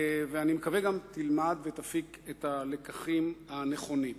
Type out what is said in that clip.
ואני מקווה שגם תלמד ותפיק את הלקחים הנכונים.